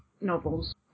novels